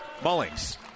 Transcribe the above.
Mullings